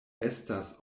estas